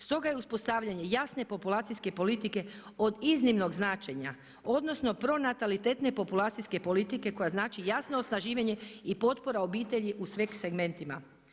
Stoga je uspostavljanje jasne populacijske politike od iznimnog značenja, odnosno, pronatalitetne populacijske politike koja znači jasno osnaživanje i potpora obitelji uz sveg segmentima.